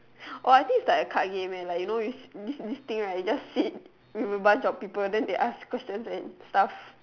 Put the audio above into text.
orh I think it's like a card game eh like you know this this this thing right you just sit with a bunch of people then they just ask questions and stuff